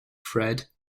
fred